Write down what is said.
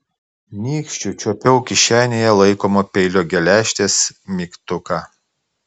nykščiu čiuopiau kišenėje laikomo peilio geležtės mygtuką